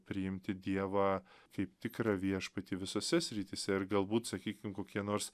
priimti dievą kaip tikrą viešpatį visose srityse ir galbūt sakykim kokie nors